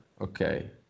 Okay